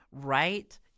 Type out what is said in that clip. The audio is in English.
Right